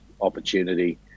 opportunity